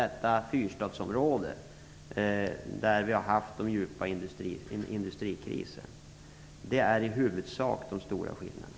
Därtill kommer Fyrstadsområdet, där man har haft djupa industrikriser. Det är de huvudsakliga skillnaderna.